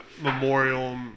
memorial